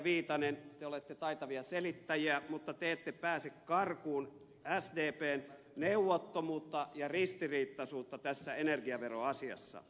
viitanen te olette taitavia selittäjiä mutta te ette pääse karkuun sdpn neuvottomuutta ja ristiriitaisuutta tässä energiaveroasiassa